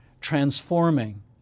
transforming